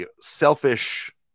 selfish